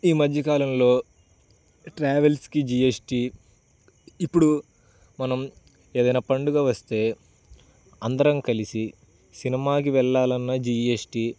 ఈ మధ్య కాలంలో ట్రావెల్స్కి జీ ఎస్ టీ ఇప్పుడు మనం ఏదైనా పండుగ వస్తే అందరం కలిసి సినిమాకి వెళ్ళాలి అన్న జీ ఎస్ టీ